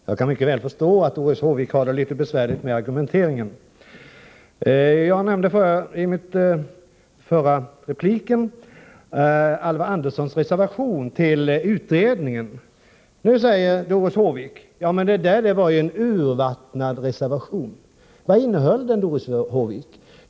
Herr talman! Jag kan mycket väl förstå att Doris Håvik har det litet besvärligt med argumenteringen. Jag nämnde i min förra replik Alvar Anderssons reservation till utredningen. Nu säger Doris Håvik att det var en urvattnad reservation. Vad innehöll den, Doris Håvik?